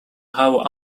how